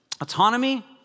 Autonomy